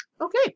Okay